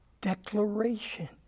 declaration